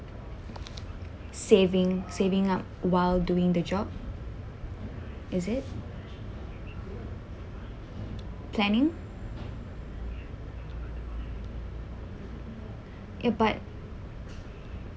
saving saving up while doing the job is it planning ya but